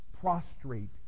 prostrate